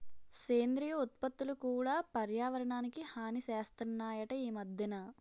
సేంద్రియ ఉత్పత్తులు కూడా పర్యావరణానికి హాని సేస్తనాయట ఈ మద్దెన